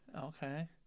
Okay